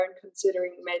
considering